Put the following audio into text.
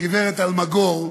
הגברת אלמגור,